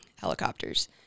helicopters